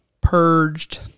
purged